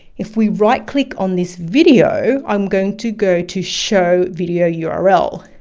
if we right click on this video, i'm going to go to show video yeah url.